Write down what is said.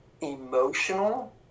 emotional